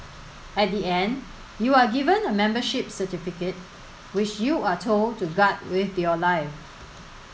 at the end you are given a membership certificate which you are told to guard with your life